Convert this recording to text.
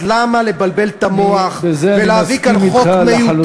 אז למה לבלבל את המוח ולהביא כאן חוק מיותר?